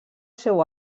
seu